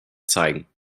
zeigen